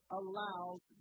allows